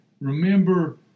Remember